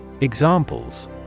Examples